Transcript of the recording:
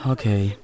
Okay